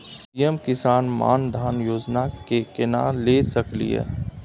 PM Kisan Maan Dhan Yojana के केना ले सकलिए?